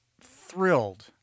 thrilled